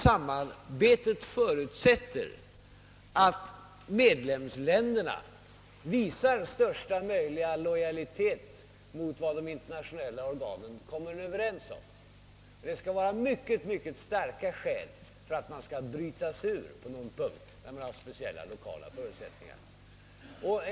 Samarbetet förutsätter att medlemsländerna visar största möjliga lojalitet mot vad de internationella organen kommer överens om. Det skall vara mycket starka skäl för att bryta sig ur på någon punkt där man har speciella lokala förutsättningar.